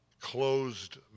closed